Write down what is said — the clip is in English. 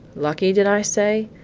lucky, did i say?